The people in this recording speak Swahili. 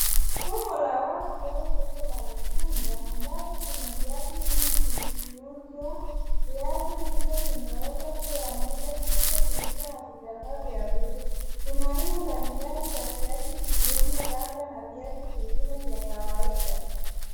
Soko la wazi au soko la mitumba ambapo kuna viatu vingi vikiuzwa. Viatu hivyo vimewekwa juu ya meza zilizofunikwa na vitambaa vya bluu. Kuna aina mbalimbali za viatu zikiwemo rubber na viatu vingine vya kawaida.